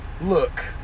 Look